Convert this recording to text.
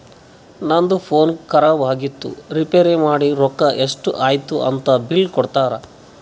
ನಂದು ಫೋನ್ ಖರಾಬ್ ಆಗಿತ್ತು ರಿಪೇರ್ ಮಾಡಿ ರೊಕ್ಕಾ ಎಷ್ಟ ಐಯ್ತ ಅಂತ್ ಬಿಲ್ ಕೊಡ್ತಾರ್